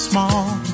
Small